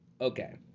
Okay